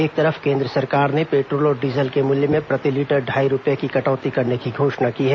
एक तरफ केंद्र सरकार ने पेट्रोल और डीजल के मूल्य में प्रति लीटर ढाई रुपये की कटौती करने की घोषणा की है